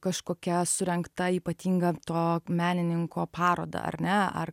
kažkokia surengta ypatinga to menininko paroda ar ne ar